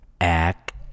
act